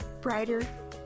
brighter